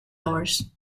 hours